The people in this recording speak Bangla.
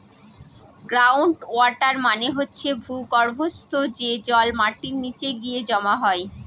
গ্রাউন্ড ওয়াটার মানে হচ্ছে ভূর্গভস্ত, যে জল মাটির নিচে গিয়ে জমা হয়